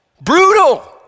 brutal